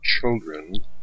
children